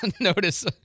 notice